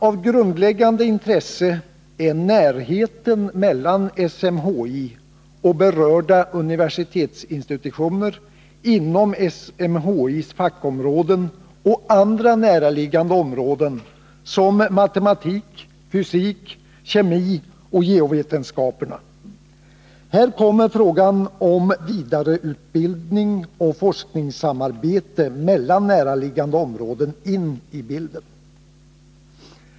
Av grundläggande intresse är närheten mellan SMHI och berörda universitetsinstitutioner inom SMHI:s fackområden och andra näraliggande områden som matematik, fysik, kemi och geovetenskaperna. Här kommer frågan om vidareutbildning och forskningssamarbete mellan näraliggande områden in i bilden.